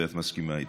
ואת מסכימה איתי.